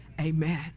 Amen